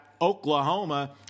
Oklahoma